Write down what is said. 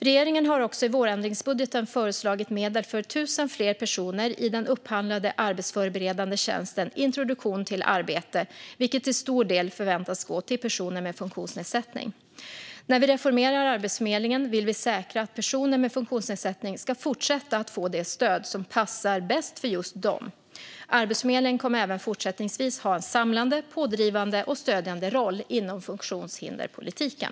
Regeringen har också i vårändringsbudgeten föreslagit medel för 1 000 fler personer i den upphandlade arbetsförberedande tjänsten Introduktion till arbete, vilket till stor del förväntas gå till personer med funktionsnedsättning. När vi reformerar Arbetsförmedlingen vill vi säkra att personer med funktionsnedsättning ska fortsätta att få det stöd som passar bäst för just dem. Arbetsförmedlingen kommer även fortsättningsvis att ha en samlande, pådrivande och stödjande roll inom funktionshinderspolitiken.